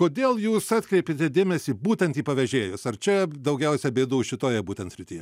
kodėl jūs atkreipėte dėmesį būtent į pavežėjus ar čia daugiausia bėdų šitoje būtent srityje